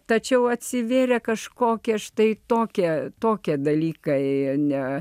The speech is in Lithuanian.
tačiau atsivėrė kažkokia štai tokia tokie dalykai ne